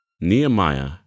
Nehemiah